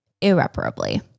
irreparably